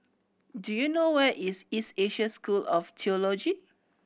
do you know where is East Asia School of Theology